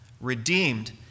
redeemed